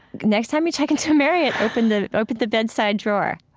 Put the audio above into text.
next time you check into a marriott, open the open the bedside drawer.